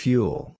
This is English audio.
Fuel